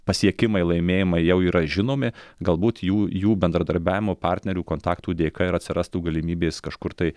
pasiekimai laimėjimai jau yra žinomi galbūt jų jų bendradarbiavimo partnerių kontaktų dėka ir atsirastų galimybės kažkur tai